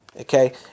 Okay